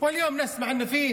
זוהי ממשלת נתניהו, כלומר